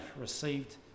received